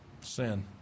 Sin